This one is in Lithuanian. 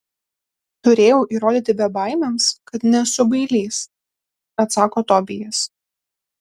turėjau įrodyti bebaimiams kad nesu bailys atsako tobijas